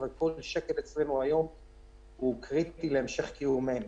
וכל שקל אצלנו היום הוא קריטי להמשך קיומנו.